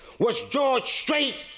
was george straight